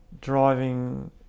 driving